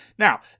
Now